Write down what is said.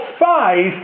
five